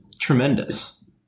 tremendous